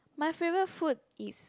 my favourite food is